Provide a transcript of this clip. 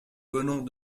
venons